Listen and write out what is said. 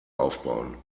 aufbauen